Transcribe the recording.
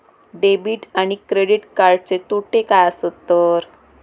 Debit आणि credit कार्डचे तोटे काय आसत तर?